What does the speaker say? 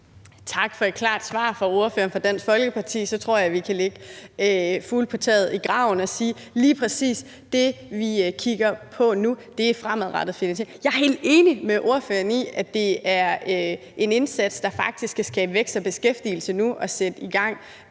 Tak for et klart svar fra ordføreren for Dansk Folkeparti. Så tror jeg, at vi kan lægge fugle på taget i graven og sige, at lige præcis det, vi kigger på nu, er fremadrettet finansiering. Jeg er helt enig med ordføreren i, at det er en indsats, der faktisk kan skabe vækst og beskæftigelse nu og sætte gang